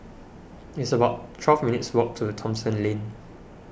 it's about twelve minutes' walk to Thomson Lane